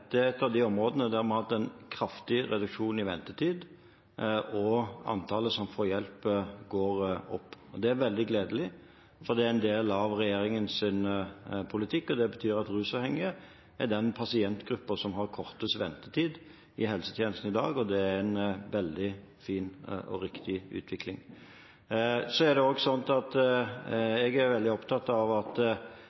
er et av de områdene hvor vi har hatt en kraftig reduksjon i ventetid, og antallet som får hjelp, går opp. Det er veldig gledelig, for det er en del av regjeringens politikk. Det betyr at rusavhengige er den pasientgruppen som har kortest ventetid i helsetjenesten i dag, og det er en veldig fin og riktig utvikling. Jeg er veldig opptatt av at